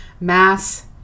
mass